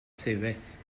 ces